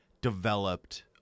developed